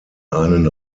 einen